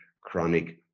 chronic